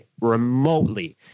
remotely